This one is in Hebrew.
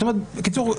בקיצור,